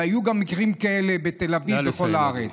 היו גם מקרים כאלה, בתל אביב ובכל הארץ.